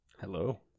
Hello